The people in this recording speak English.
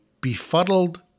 befuddled